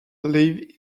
leave